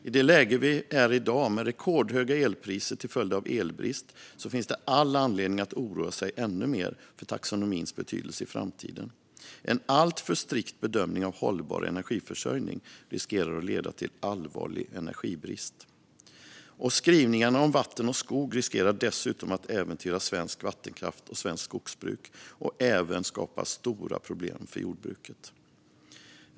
I det läge vi i dag är i med rekordhöga elpriser till följd av elbrist finns det all anledning att oroa sig ännu mer för taxonomins betydelse i framtiden. En alltför strikt bedömning av begreppet hållbar energiförsörjning riskerar att leda till allvarlig energibrist. Skrivningarna om vatten och skog riskerar dessutom att äventyra svensk vattenkraft och svenskt skogsbruk och även att skapa stora problem för jordbruket.